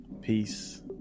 Peace